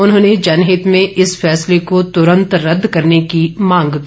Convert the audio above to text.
उन्होंने जनहित में इस फैसले को तुरंत रद्द करने की मांग की